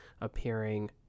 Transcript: appearing